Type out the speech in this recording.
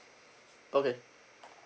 okay